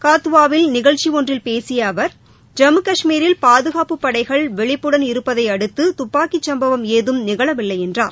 கத்துவாவில் நிகழ்ச்சி ஒன்றில் பேசிய அவர் ஜம்மு காஷ்மீரில் பாதுகாப்பு படைகள் விழிப்புடன் இருப்பதையடுத்து துப்பாக்கி சம்பவம் ஏதம் நிகழவில்லை என்றார்